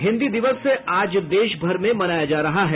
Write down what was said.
और हिन्दी दिवस आज देशभर में मनाया जा रहा है